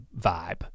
vibe